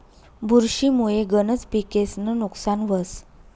बुरशी मुये गनज पिकेस्नं नुकसान व्हस